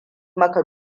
maka